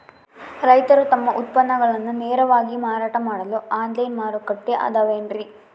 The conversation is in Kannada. ರೈತರು ತಮ್ಮ ಉತ್ಪನ್ನಗಳನ್ನ ನೇರವಾಗಿ ಮಾರಾಟ ಮಾಡಲು ಆನ್ಲೈನ್ ಮಾರುಕಟ್ಟೆ ಅದವೇನ್ರಿ?